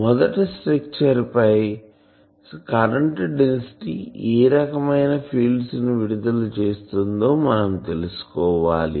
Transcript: మొదట స్ట్రక్చర్ పై current density ఏ రకమైన ఫీల్డ్స్ ను విడుదల చేస్తుందో మనం తెలుసుకోవాలి